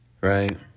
right